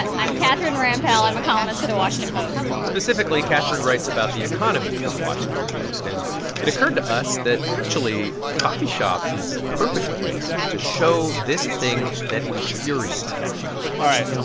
i'm catherine rampell. i'm a columnist for the washington post specifically, catherine writes about the economy for the washington post. and it occurred to us that, actually, a coffee shop is the perfect place to show this thing that infuriates catherine all right.